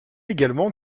également